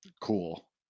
Cool